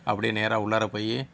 அப்படியே நேராக உள்ளார போய்